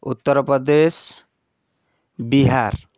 Uttar Pradesh Bihar